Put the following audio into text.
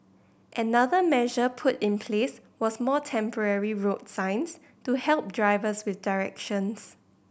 another measure put in place was more temporary road signs to help drivers with directions